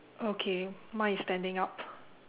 okay mine is standing up